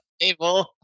table